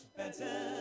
better